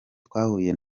twahuye